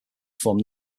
formed